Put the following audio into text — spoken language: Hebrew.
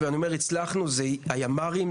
וכשאני אומר הצלחנו אני מתכוון לימ״רים,